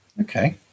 Okay